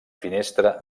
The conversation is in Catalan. finestra